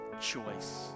choice